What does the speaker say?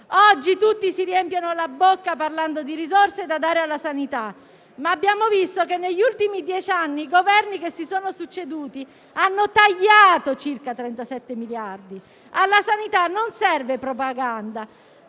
Oggi tutti si riempiono la bocca parlando di risorse da dare alla sanità, ma abbiamo visto che negli ultimi dieci anni i Governi che si sono succeduti hanno tagliato circa 37 miliardi di euro. Alla sanità serve non propaganda,